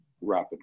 rapid